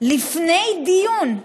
לפני דיון.